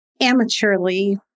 amateurly